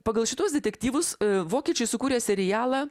pagal šituos detektyvus vokiečiai sukūrė serialą